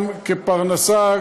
גם כפרנסה,